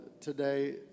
today